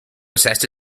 assessed